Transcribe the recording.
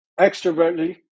extrovertly